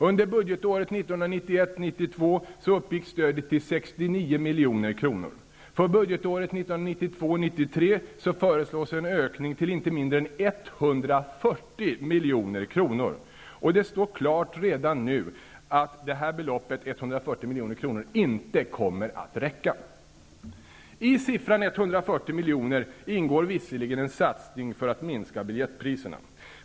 Under budgetåret 1991 93 föreslås en ökning till inte mindre än 140 milj.kr., och det står redan nu klart att detta belopp inte kommer att räcka. I siffran 140 miljoner ingår visserligen en satsning för att minska biljettpriserna.